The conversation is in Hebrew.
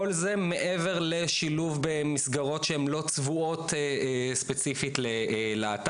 כל זה הוא מעבר לשילוב במסגרות שהן לא צבועות ספציפית ללהט"ב.